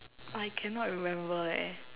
I cannot remember leh